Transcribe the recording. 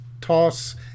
toss